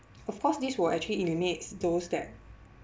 of course this will actually eliminates those that